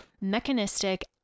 mechanistic